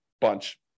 bunch